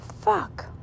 Fuck